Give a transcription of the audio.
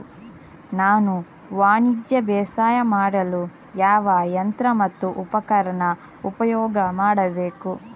ನಾನು ವಾಣಿಜ್ಯ ಬೇಸಾಯ ಮಾಡಲು ಯಾವ ಯಂತ್ರ ಮತ್ತು ಉಪಕರಣ ಉಪಯೋಗ ಮಾಡಬೇಕು?